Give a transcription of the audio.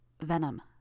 Venom